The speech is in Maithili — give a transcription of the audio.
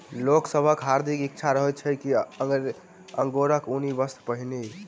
लोक सभक हार्दिक इच्छा रहैत छै जे अंगोराक ऊनी वस्त्र पहिरी